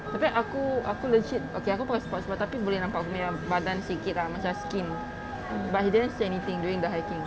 aku aku legit okay aku pakai sports bra tapi boleh nampak aku punya badan sikit lah macam skin but he didn't say anything during the hiking